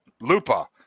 Lupa